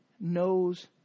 knows